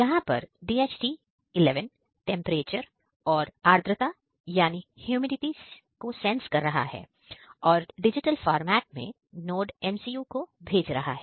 यहां पर DHT11 temperature और आर्द्रता में डाटा को NodeMCU तक भेज रहा है